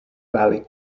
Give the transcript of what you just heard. valley